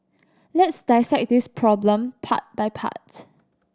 let's dissect this problem part by part